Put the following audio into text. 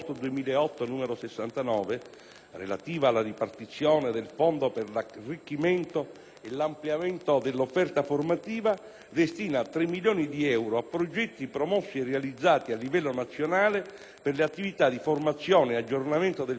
relativa alla ripartizione del Fondo per l'arricchimento e l'ampliamento dell'offerta formativa, destina tre milioni di euro a progetti promossi e realizzati a livello nazionale per le attività di formazione e aggiornamento del personale della scuola nonché